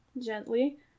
gently